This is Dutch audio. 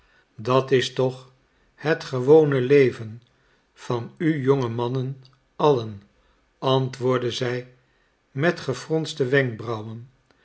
dat is toch het gewone leven van u jonge mannen allen antwoordde zij met gefronste wenkbrauwen